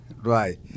Right